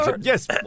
yes